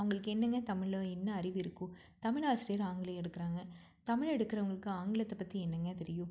அவங்களுக்கு என்னங்க தமிழ்ல என்ன அறிவு இருக்கும் தமிழ் ஆசிரியர் ஆங்கிலம் எடுக்கிறாங்க தமிழ் எடுக்கிறவங்களுக்கு ஆங்கிலத்தைப் பற்றி என்னங்க தெரியும்